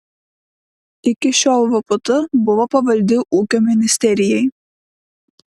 iki šiol vpt buvo pavaldi ūkio ministerijai